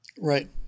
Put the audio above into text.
Right